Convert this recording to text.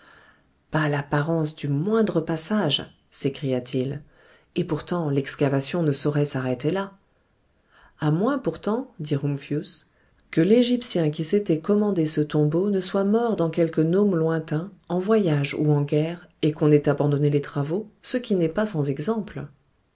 pas l'apparence du moindre passage s'écria-t-il et pourtant l'excavation ne saurait s'arrêter là à moins pourtant dit rumphius que l'égyptien qui s'était commandé ce tombeau ne soit mort dans quelque morne lointain en voyage ou en guerre et qu'on n'ait abandonné les travaux ce qui n'est pas sans exemple